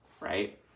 right